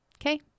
Okay